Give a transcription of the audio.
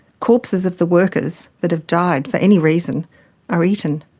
corpses of the workers that have died for any reason are eaten.